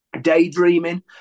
Daydreaming